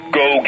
go